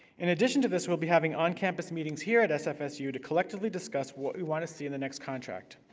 in addition to this, we'll be having on-campus meetings here at sfsu to collectively discuss what we want to see in the next contract.